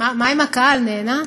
מה עם הקהל, נהנה?